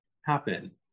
happen